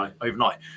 overnight